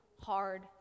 hard